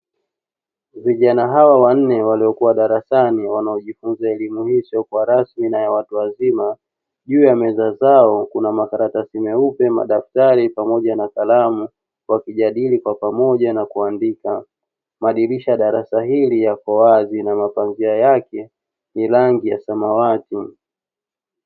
Vijana hawa wanne waliokuwa darasani wanaojifunza elimu hii isiyokuwa rasmi na ya watu wazima. Juu ya meza zao kuna makaratasi meupe, madaftari pamoja na kalamu. Wakijadili kwa pamoja na kuandika. Madirisha ya darasa hili yako wazi na mapazia yake ni rangi ya samawati.